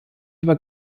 über